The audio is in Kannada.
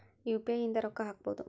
ಯು.ಪಿ.ಐ ಇಂದ ರೊಕ್ಕ ಹಕ್ಬೋದು